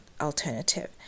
alternative